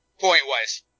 Point-wise